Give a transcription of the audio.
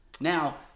Now